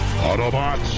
Autobots